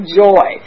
joy